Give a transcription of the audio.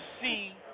see